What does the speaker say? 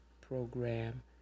program